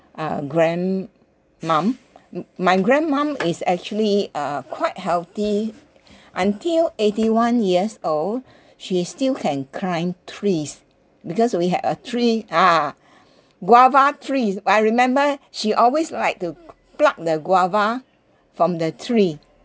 uh grandma m~ my grandma is actually uh quite healthy until eighty one years old she still can climb trees because we had a tree ah guava tree I remember she always like to pluck the guava from the tree